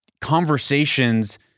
conversations